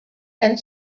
and